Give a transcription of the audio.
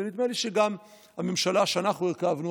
ונדמה לי שגם הממשלה שאנחנו הרכבנו,